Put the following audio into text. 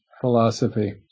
philosophy